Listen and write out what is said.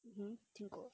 有听过